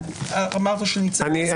אמרת שנצא להפסקה.